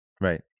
Right